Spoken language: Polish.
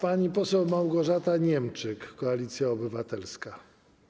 Pani poseł Małgorzata Niemczyk, Koalicja Obywatelska.